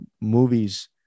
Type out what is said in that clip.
movies